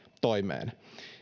toimeen